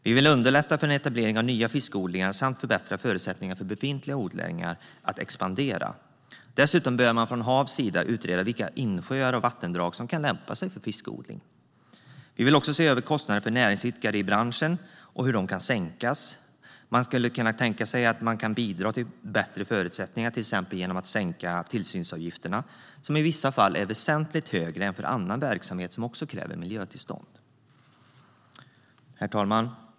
Vi vill underlätta för etablering av nya fiskodlingar samt förbättra förutsättningarna för befintliga odlingar att expandera. Dessutom bör HaV utreda vilka insjöar och vattendrag som kan lämpa sig för fiskodling. Vi vill se över kostnaderna för näringsidkare i branschen och hur dessa kostnader kan sänkas. Man kan till exempel bidra till bättre förutsättningar, exempelvis genom att sänka tillsynsavgifterna, som i vissa fall är väsentligt högre än för annan verksamhet som kräver miljötillstånd. Herr talman!